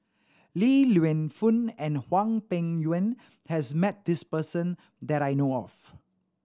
Li Lienfung and Hwang Peng Yuan has met this person that I know of